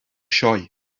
sioe